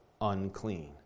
unclean